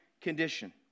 condition